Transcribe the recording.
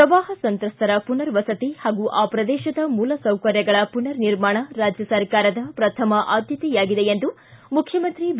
ಪ್ರವಾಹ ಸಂತ್ರಸ್ತರ ಪುನರ್ ವಸತಿ ಹಾಗೂ ಆ ಪ್ರದೇಶದ ಮೂಲ ಸೌಕರ್ಯಗಳ ಪುನರ್ ನಿರ್ಮಾಣ ರಾಜ್ನ ಸರ್ಕಾರದ ಪ್ರಥಮ ಆದ್ಯತೆಯಾಗಿದೆ ಎಂದು ಮುಖ್ಯಮಂತ್ರಿ ಬಿ